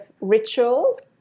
rituals